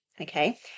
Okay